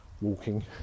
walking